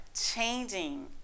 changing